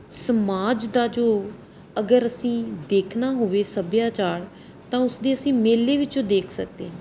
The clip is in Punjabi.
ਸਮਾਜ ਦਾ ਜੋ ਅਗਰ ਅਸੀਂ ਦੇਖਣਾ ਹੋਵੇ ਸੱਭਿਆਚਾਰ ਤਾਂ ਉਸਦੇ ਅਸੀਂ ਮੇਲੇ ਵਿੱਚੋਂ ਦੇਖ ਸਕਦੇ ਹਾਂ